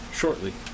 shortly